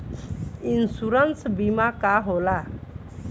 Insurance बीमा का होला?